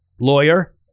Lawyer